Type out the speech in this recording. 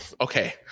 Okay